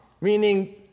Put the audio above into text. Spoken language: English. meaning